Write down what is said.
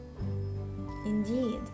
Indeed